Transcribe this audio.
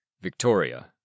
Victoria